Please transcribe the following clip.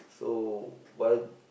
so what